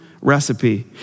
recipe